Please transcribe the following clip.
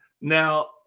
Now